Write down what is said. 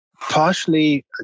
partially